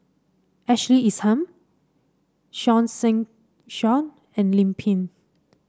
Ashley Isham Seah Seah and Lim Pin